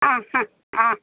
ಹಾಂ ಹಾಂ ಹಾಂ